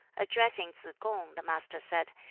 addressing tsz-kung, the master said,